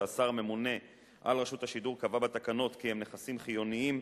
שהשר הממונה על רשות השידור קבע בתקנות כי הם נכסים חיוניים,